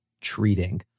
treating